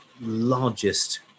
largest